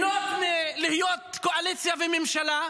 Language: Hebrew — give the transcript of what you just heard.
ליהנות מלהיות קואליציה וממשלה,